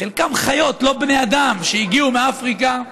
חלקם חיות, לא בני אדם, שהגיעו מאפריקה,